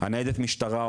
ניידת המשטרה,